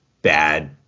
Bad